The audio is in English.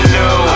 new